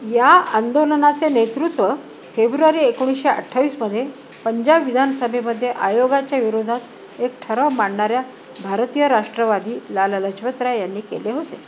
या आंदोलनाचे नेतृत्व फेब्रुवारी एकोणीसशे अठ्ठावीसमध्ये पंजाब विधानसभेमध्ये आयोगाच्या विरोधात एक ठराव मांडणाऱ्या भारतीय राष्ट्रवादी लाला लाजपत राय यांनी केले होते